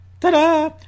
Ta-da